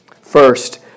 First